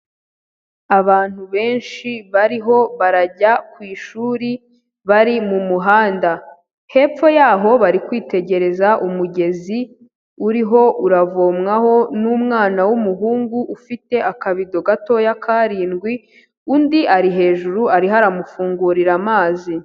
Abantu benshi bariho barajya ku ishuri bari mu muhanda, hepfo yaho bari kwitegereza umugezi uriho uravomwaho n'umwana w'umuhungu ufite akabido gatoya k'arindwi, undi ari hejuru ariho aramufungurira amazi.